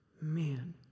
Man